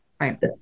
Right